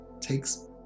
takes